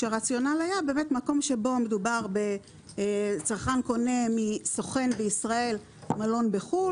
כשהרציונל היה שמקום שבו מדובר בצרכן שקונה מסוכן בישראל מלון בחו"ל,